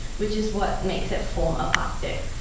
which is what makes it form a plastic,